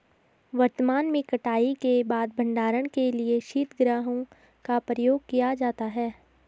वर्तमान में कटाई के बाद भंडारण के लिए शीतगृहों का प्रयोग किया जाता है